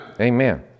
Amen